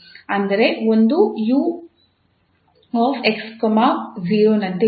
ಅಂದರೆ ಒಂದು 𝑢𝑥 0 ನಂತೆ ಇರುತ್ತದೆ